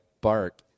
bark